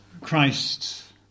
Christ